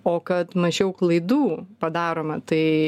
o kad mažiau klaidų padaroma tai